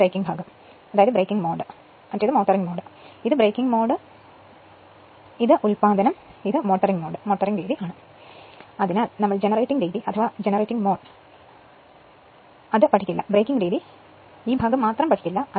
ഇതു ബ്രേക്കിങ് ഭാഗവും ഇത് ബ്രേക്കിങ് രീതിയും മോഡു ഇത് ഉൽപാദനവും ഇത് മോട്ടോറിങ് രീതിയും ആണ് അതിനാൽ നമ്മൾ ജനറേറ്റിങ് രീതി പഠിക്കില്ല ബ്രേക്കിങ് രീതി ഈ ഭാഗം മാത്രം പഠിക്കില്ല